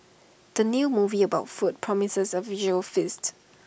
the new movie about food promises A visual feast